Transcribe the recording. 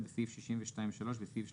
בסעיף 62(3) בסעיף 36,